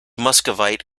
muscovite